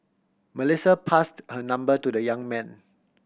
Melissa passed her number to the young man